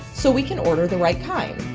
so we can order the right kind.